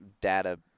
data